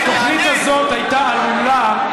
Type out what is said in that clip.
התוכנית הזאת הייתה עלולה,